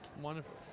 Wonderful